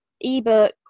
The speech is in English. ebook